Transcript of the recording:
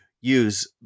use